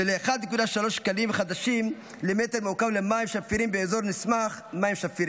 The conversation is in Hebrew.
ול-1.3 שקלים למטר מעוקב למים שפירים באזור נסמך מים שפירים,